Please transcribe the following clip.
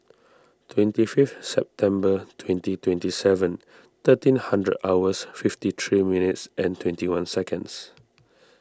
twenty fifth September twenty twenty seven thirteen hundred hours fifty three minutes and twenty one seconds